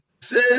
Say